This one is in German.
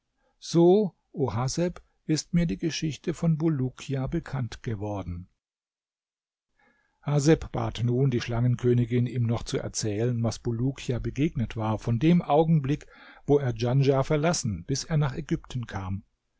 so o haseb ist mir die geschichte von bulukia bekannt geworden haseb bat nun die schlangenkönigin ihm noch zu erzählen was bulukia begegnet war von dem augenblick wo er djanschah verlassen bis er nach ägypten kam